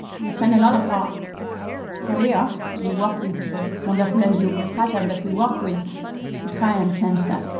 we spend a lot of our career and work so on the full and ah pattern that we work with to try and change that.